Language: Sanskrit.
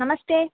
नमस्ते